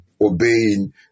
obeying